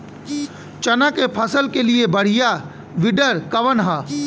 चना के फसल के लिए बढ़ियां विडर कवन ह?